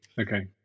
Okay